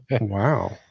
wow